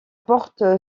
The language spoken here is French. porte